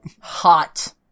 hot